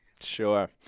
Sure